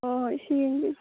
ꯍꯣꯏ ꯍꯣꯏ ꯁꯤ ꯌꯦꯡꯕꯤꯌꯨ